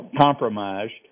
compromised